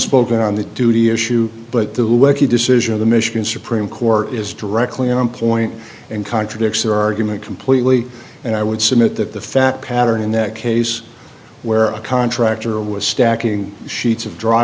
spoken on the duty issue but the decision of the michigan supreme court is directly on point and contradicts the argument completely and i would submit that the fact pattern in that case where a contractor was stacking sheets of dry